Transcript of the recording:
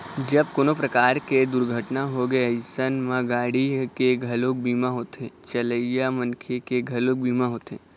जब कोनो परकार के दुरघटना होगे अइसन म गाड़ी के घलोक बीमा होथे, चलइया मनखे के घलोक बीमा होथे